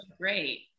great